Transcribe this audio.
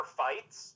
fights